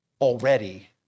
already